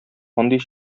андый